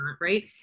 right